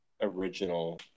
Original